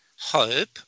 hope